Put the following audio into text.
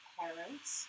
parents